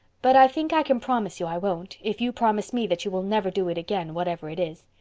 but i think i can promise you i won't if you promise me that you will never do it again, whatever it is.